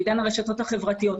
בעידן הרשות החברתיות,